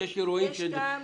יש טעם --- מקובל.